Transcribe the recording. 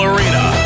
Arena